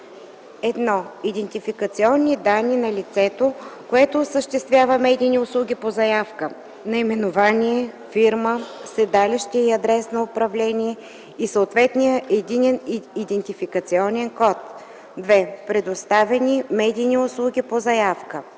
1. идентификационни данни на лицето, което осъществява медийни услуги по заявка – наименование (фирма), седалище и адрес на управление и съответния единен идентификационен код; 2. представяни медийни услуги по заявка;